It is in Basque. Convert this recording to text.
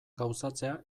gauzatzea